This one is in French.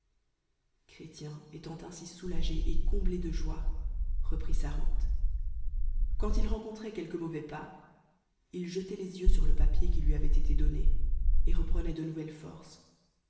étant ainsi soolagé et co blé de joie reprit sa route yuapd il rencontrait quelque mauvais pas il jetoit les yeux sur le papier qtli lui avoit étt donné et reprenait de nouvelles forces